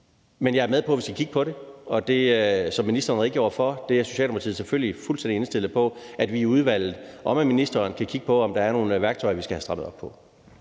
Men jeg er med på, at vi skal kigge på det, og som ministeren redegjorde for, er Socialdemokratiet selvfølgelig fuldstændig indstillet på, at vi i udvalget og med ministeren kan kigge på, om der er nogle værktøjer og noget, vi skal have strammet op på.